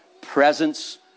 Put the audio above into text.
presence